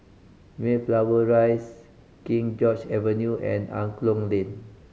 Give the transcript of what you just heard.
Mayflower Rise King George Avenue and Angklong Lane